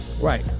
Right